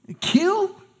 kill